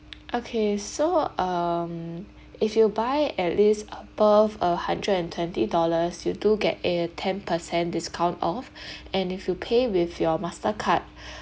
okay so um if you buy at least above a hundred and twenty dollars you do get a ten per cent discount off and if you pay with your mastercard